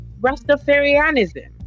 Rastafarianism